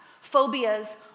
phobias